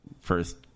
first